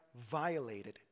violated